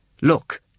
Look